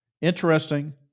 Interesting